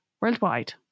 worldwide